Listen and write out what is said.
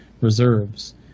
reserves